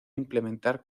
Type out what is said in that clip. implementar